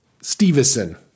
Stevenson